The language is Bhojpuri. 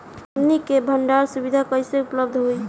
हमन के भंडारण सुविधा कइसे उपलब्ध होई?